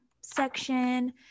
section